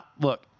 look